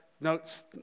notes